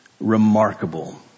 remarkable